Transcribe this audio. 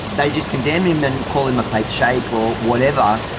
they just condemn him and call him a fake sheikh or whatever.